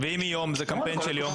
ואם זה קמפיין של יום?